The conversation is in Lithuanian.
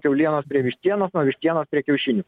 kiaulienos prie vištienos nuo vištienos prie kiaušinių